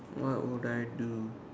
what would I do